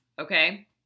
Okay